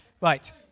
Right